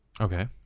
Okay